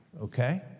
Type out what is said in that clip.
okay